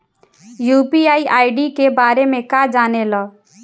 UPI ID के बारे में का जाने ल?